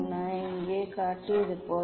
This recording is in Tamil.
நான் இங்கே காட்டியது போல